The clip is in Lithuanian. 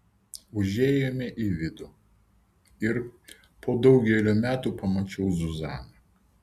užėjome į vidų ir po daugelio metų pamačiau zuzaną